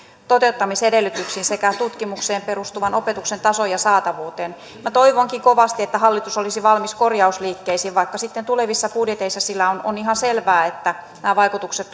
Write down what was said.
toteuttamisedellytyksiin sekä tutkimukseen perustuvan opetuksen tasoon ja saatavuuteen minä toivonkin kovasti että hallitus olisi valmis korjausliikkeisiin vaikka sitten tulevissa budjeteissa sillä on on ihan selvää että nämä vaikutukset